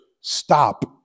stop